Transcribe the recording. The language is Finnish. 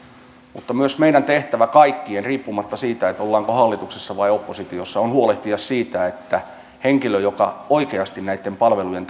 mutta myös meidän tehtävämme kaikkien riippumatta siitä ollaanko hallituksessa vai oppositiossa on huolehtia siitä että henkilölle joka oikeasti näitten palvelujen